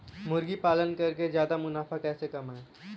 मुर्गी पालन करके ज्यादा मुनाफा कैसे कमाएँ?